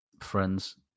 friends